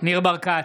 ניר ברקת,